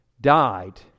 died